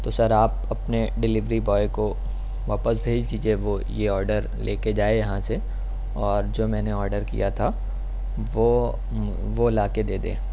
تو سر آپ اپنے ڈلیوری بوائے کو واپس بھیج دیجیے وہ یہ آرڈر لے کے جائے یہاں سے اور جو میں نے آرڈر کیا تھا وہ وہ لا کے دے دے